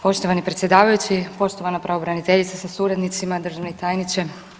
Poštovani predsjedavajući, poštovana pravobraniteljice sa suradnicima, državni tajniče.